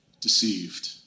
deceived